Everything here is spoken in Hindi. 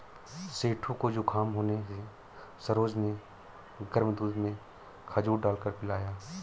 सेठू को जुखाम होने से सरोज ने गर्म दूध में खजूर डालकर पिलाया